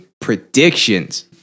predictions